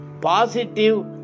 positive